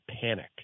panic